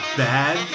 bad